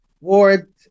ward